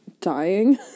Dying